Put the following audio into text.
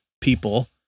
people